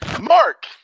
Mark